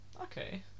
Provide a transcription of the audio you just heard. Okay